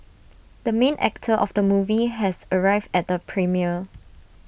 the main actor of the movie has arrived at the premiere